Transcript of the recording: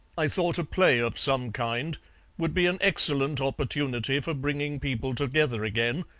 i thought a play of some kind would be an excellent opportunity for bringing people together again,